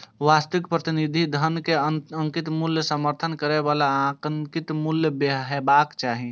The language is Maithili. वास्तविक प्रतिनिधि धन मे अंकित मूल्यक समर्थन करै बला आंतरिक मूल्य हेबाक चाही